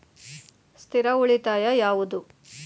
ಸ್ಥಿರ ಉಳಿತಾಯ ಯಾವುದು?